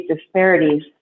disparities